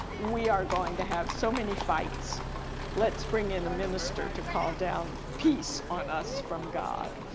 we are going to have so many fights let's bring in a minister to call down peace on us from god.